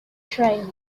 trail